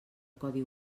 codi